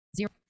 Zero